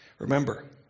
Remember